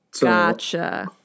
Gotcha